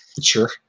Sure